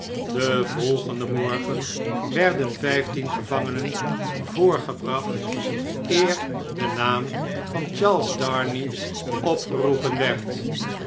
den volgenden morgen werden vjjftien gevangenen voorgebracht eer de naam van charles darnay opgeroepen werd